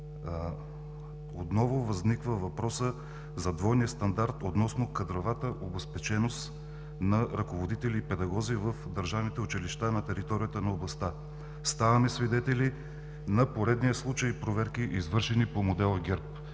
Отново възниква въпросът за двойния стандарт относно кадровата обезпеченост на ръководители и педагози в държавните училища на територията на областта. Ставаме свидетели на поредния случай проверки, извършени по модела ГЕРБ.